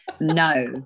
No